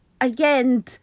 again